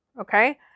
okay